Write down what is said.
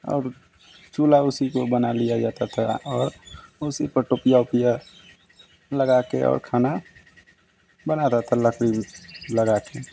और चुहला उसको बना लिया जाता था और उसी पर टूपिया उपिया लगा कर और खाना बना रहा था लकड़ी लगा कर